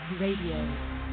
Radio